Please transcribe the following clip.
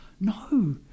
no